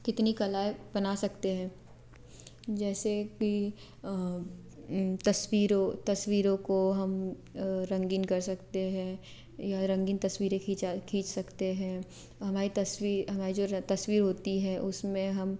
कितनी कलाएं बना सकते हैं जैसे कि तस्वीरों तस्वीरों को हम रंगीन कर सकते हैं या रंगीन तस्वीरें खींचा खींच सकते हैं हमारी तस्वीर हमारी जो तस्वीर होती है उस में हम